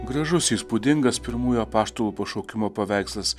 gražus įspūdingas pirmųjų apaštalų pašaukimo paveikslas